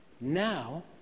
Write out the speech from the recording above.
Now